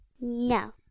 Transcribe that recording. No